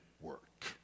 work